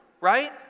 right